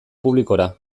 publikora